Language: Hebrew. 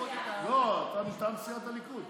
לא, אתה מטעם סיעת הליכוד.